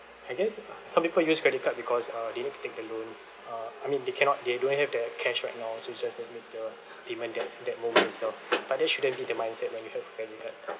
I guess some people use credit card because uh they hate to take the loans uh I mean they cannot they don't have the cash right now so just develop the payment that that moment itself but that shouldn't be the mindset when you have credit card